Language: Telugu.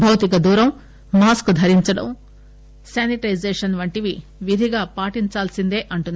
భౌతిక దూరం మాస్క్ ధరించడం శానిటైజేషన్ వంటివి విధిగా పాటించాల్సిందేనంటున్నారు